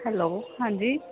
hello ਹਾਂਜੀ